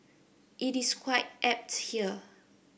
it is quite apt here